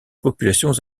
populations